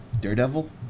daredevil